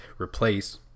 replace